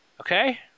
okay